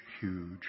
huge